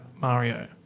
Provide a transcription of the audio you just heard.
Mario